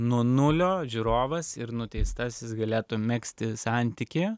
nuo nulio žiūrovas ir nuteistasis galėtų megzti santykį